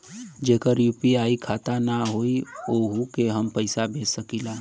जेकर यू.पी.आई खाता ना होई वोहू के हम पैसा भेज सकीला?